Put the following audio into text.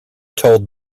told